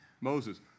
Moses